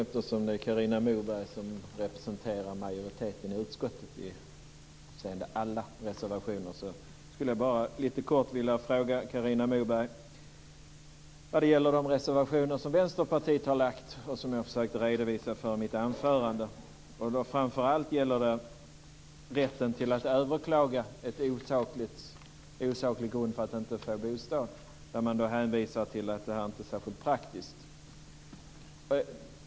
Fru talman! Eftersom Carina Moberg representerar majoriteten i utskottet avseende alla reservationer skulle jag bara helt kort vilja ställa ett par frågor till Carina Moberg. Det gäller de reservationer som Vänsterpartiet har lagt fram och som jag försökte redovisa tidigare i mitt anförande. Framför allt gäller det rätten att överklaga en osaklig grund för att inte få bostad när man hänvisar till att det inte är särskilt praktiskt.